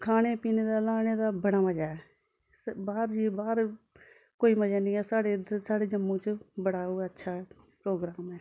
खाने पीने दा लाने दा बड़ा मजा ऐ ते बाह्र जाइयै बाह्र कोई मजा निं ऐ साढ़े इद्धर साढ़े जम्मू च बड़ा ओह् अच्छा प्रोग्राम ऐ